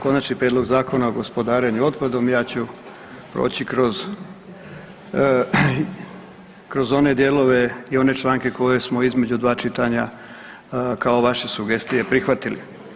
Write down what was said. Konačni prijedlog Zakona o gospodarenju otpadom, ja ću proći kroz one dijelove i one članke koje smo između dva čitanja kao vaše sugestije prihvatile.